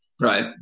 Right